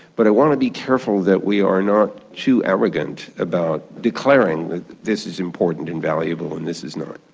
but i want to be careful that we are not too arrogant about declaring that this is important and valuable and this is not.